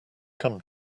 come